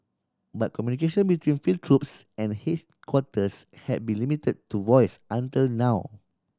but communication between field troops and quarters have been limited to voice until now